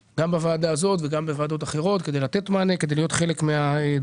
בוועדה הזאת ובוועדות אחרות כמה שצריך כדי לתת מענה ולהיות חלק מהדיון.